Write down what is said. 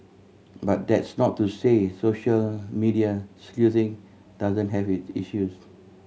but that's not to say social media sleuthing doesn't have it issues